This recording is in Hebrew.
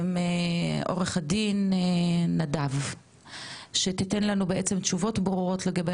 עורך הדין נדב שתיתן לנו בעצם תשובות ברורות לגבי